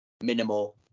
minimal